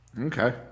okay